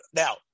now